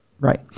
Right